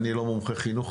אני לא מומחה חינוך,